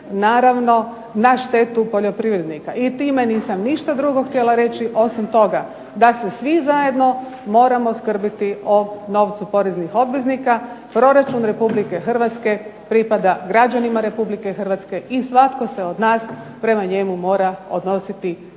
naravno na štetu poljoprivrednika i time nisam ništa drugo htjela reći osim toga da se svi zajedno moramo skrbiti o novcu poreznih obveznika. Proračun Republike Hrvatske pripada građanima Republike Hrvatske i svatko se od nas prema njemu mora odnositi